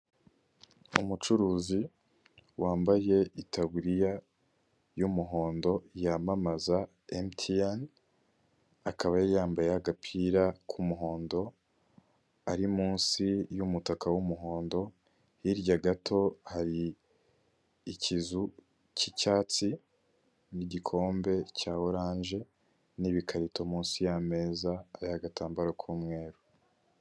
Umucuruzi wambaye itaburiya y'umuhondo yamamaza MTN akaba yari yambaye agapira k'umuhondo, ari munsi y'umutaka w'umuhondo, hirya gato hari ikizu cy'icyatsi n'igikombe cya oranje n'ibikarito munsi y'ameza ariho agatambaro k'umweru.